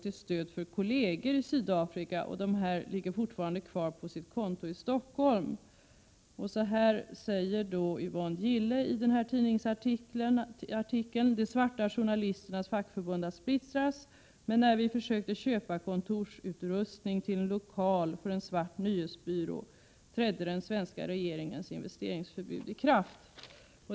till stöd för kolleger i Sydafrika, och dessa pengar ligger fortfarande kvar på sitt konto i Stockholm. I denna tidningsartikel säger Yvonne Gille: ”De svarta journalisternas fackförbund har splittrats, men när vi försökte köpa kontorsutrustning till en lokal för en svart nyhetsbyrå, trädde den svenska regeringens investeringsförbud i kraft”.